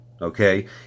Okay